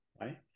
right